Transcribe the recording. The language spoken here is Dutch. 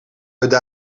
deze